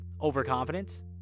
overconfidence